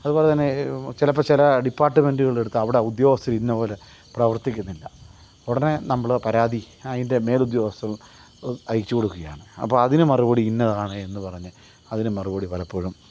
അത്പോലെതന്നെ ചിലപ്പം ചില ഡിപ്പാർട്ട്മെൻറ്റ്കളെട്ത്ത് അവിടെ ഉദ്യോഗസ്ഥരിൽ എന്നപോലെ പ്രവർത്തിക്കുന്നില്ല ഉടനെ നമ്മള് പരാതി അതിൻ്റെ മേലുദ്യോഗസ്ഥർ അയച്ചുകൊടുക്കുകയാണ് അപ്പോൾ അതിന് മറുപടി ഇന്നതാണെയെന്ന് പറഞ്ഞ് അതിന് മറുപടി പലപ്പോഴും